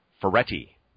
Ferretti